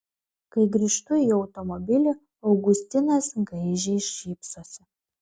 kai grįžtu į automobilį augustinas gaižiai šypsosi